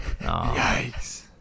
Yikes